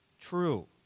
true